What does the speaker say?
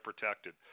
protected